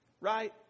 right